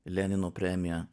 lenino premija